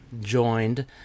joined